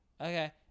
okay